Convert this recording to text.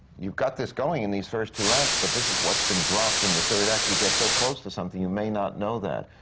you've got this going in these first two acts, but this is what's been dropped in the third act. you get so close to something, you may not know that.